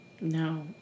No